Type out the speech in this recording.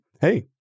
hey